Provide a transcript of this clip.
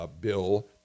bill